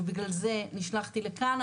ובגלל זה נשלחתי לכאן.